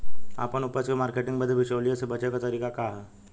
आपन उपज क मार्केटिंग बदे बिचौलियों से बचे क तरीका का ह?